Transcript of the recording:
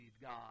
God